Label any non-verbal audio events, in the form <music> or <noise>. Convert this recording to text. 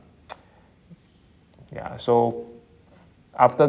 <noise> ya so after